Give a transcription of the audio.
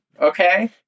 Okay